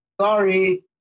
Sorry